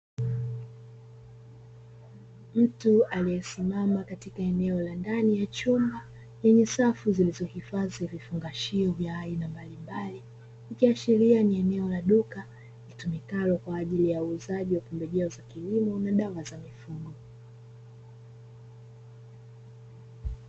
Mtu aliyesimama katika eneo la ndani ya chumba yenye safu zilizohifadhi vifungashio vya aina mbalimbali, ikiashiria ni eneo la duka litumikalo kwa ajili ya uuzaji wa pembejeo za kilimo na dawa za mifugo.